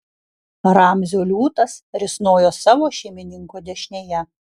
ramzio liūtas risnojo savo šeimininko dešinėje